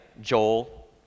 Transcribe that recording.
Joel